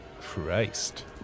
Christ